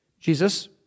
Jesus